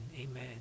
Amen